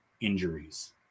injuries